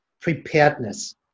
preparedness